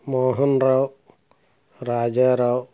Mohana Rao Rajarao